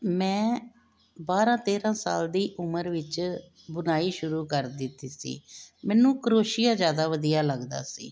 ਮੈਂ ਬਾਰਾਂ ਤੇਰਾਂ ਸਾਲ ਦੀ ਉਮਰ ਵਿੱਚ ਬੁਣਾਈ ਸ਼ੁਰੂ ਕਰ ਦਿੱਤੀ ਸੀ ਮੈਨੂੰ ਕਰੋਸ਼ੀਆ ਜ਼ਿਆਦਾ ਵਧੀਆ ਲੱਗਦਾ ਸੀ